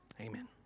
Amen